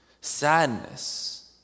Sadness